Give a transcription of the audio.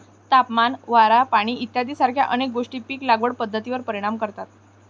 तापमान, वारा, पाणी इत्यादीसारख्या अनेक गोष्टी पीक लागवड पद्धतीवर परिणाम करतात